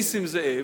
נסים זאב,